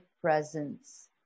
presence